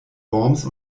worms